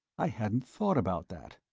i hadn't thought about that.